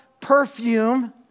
perfume